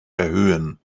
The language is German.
erhöhen